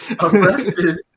arrested